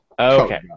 Okay